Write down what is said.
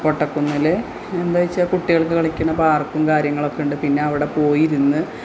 കോട്ടക്കുന്നിൽ എന്താ വെച്ചാൽ കുട്ടികൾക്ക് കളിക്കണ പാർക്കും കാര്യങ്ങളൊക്കെ ഉണ്ട് പിന്നെ അവിടെ പോയിരുന്ന്